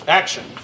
action